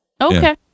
Okay